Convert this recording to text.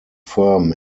firm